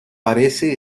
parece